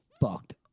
fucked